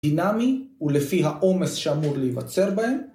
דינאמי ולפי העומס שאמור להיווצר בהם